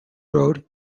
road